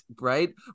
right